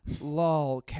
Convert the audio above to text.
LOL